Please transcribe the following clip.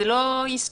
זה לא יסתור